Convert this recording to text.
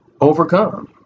overcome